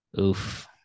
Oof